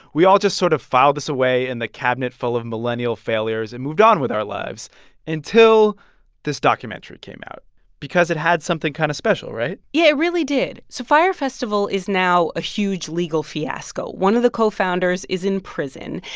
we all just sort of filed this away in the cabinet full of millennial failures and moved on with our lives until this documentary came out because it had something kind of special, right? yeah, it really did. so fyre festival is now a huge legal fiasco. one of the co-founders is in prison.